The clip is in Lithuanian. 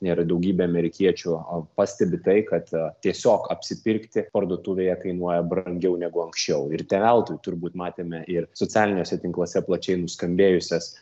ir daugybė amerikiečių pastebi tai kad tiesiog apsipirkti parduotuvėje kainuoja brangiau negu anksčiau ir te veltui turbūt matėme ir socialiniuose tinkluose plačiai nuskambėjusias